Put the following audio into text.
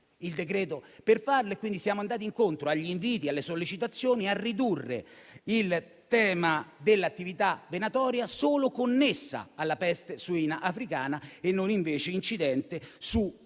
il decreto per farlo. Siamo andati incontro quindi agli inviti e alle sollecitazioni a ridurre il tema dell'attività venatoria solo connessa alla peste suina africana e non invece incidente su